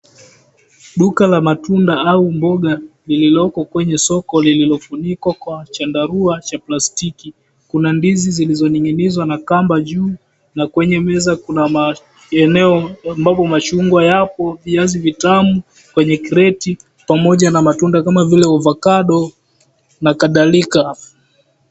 Duka la matunda au mboga, lililoko kwenye soko lililofunikwa kwa chandarua cha plastiki. Kuna ndizi zilizoning'inizwa na kamba juu, na kwenye meza kuna maeneo ambapo machungwa yapo, viazi vitamu, kwenye kreti, pamoja na matunda kama vile ovakado na kadhalika.